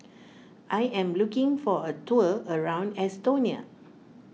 I am looking for a tour around Estonia